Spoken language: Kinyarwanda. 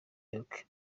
york